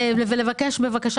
בבקשה,